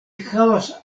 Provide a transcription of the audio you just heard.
havas